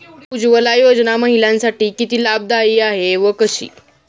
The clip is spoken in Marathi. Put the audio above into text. उज्ज्वला योजना महिलांसाठी किती लाभदायी आहे व कशी?